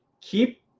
Keep